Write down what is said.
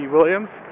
Williams